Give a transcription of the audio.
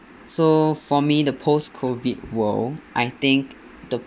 so for me the post-COVID world I think the